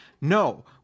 No